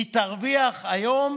היא תרוויח היום